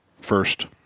first